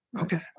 okay